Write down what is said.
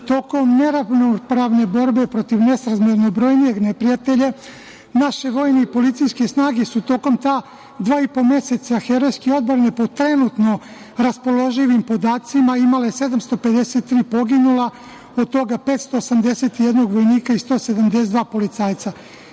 Tokom neravnopravne borbe protiv nesrazmerno brojnijeg neprijatelja naše vojne i policijske snage su tokom ta dva i po meseca herojske odbrane po trenutno raspoloživim podacima imale 753 poginula, od toga 581 vojnika i 172 policajca.